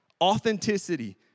authenticity